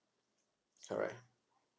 correct